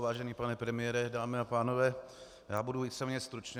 Vážený pane premiére, dámy a pánové, já budu víceméně stručný.